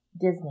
Disney